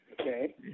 Okay